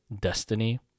destiny